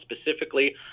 specifically